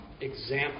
example